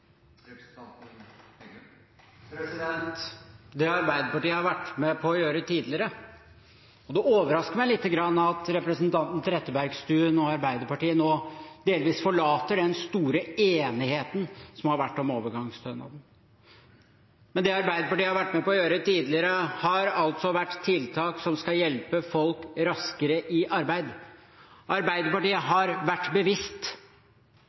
Trettebergstuen og Arbeiderpartiet nå delvis forlater den store enigheten som har vært om overgangsstønaden. Det Arbeiderpartiet har vært med på å gjøre tidligere, har vært tiltak som skal hjelpe folk raskere i arbeid. Arbeiderpartiet har vært bevisst